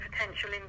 potential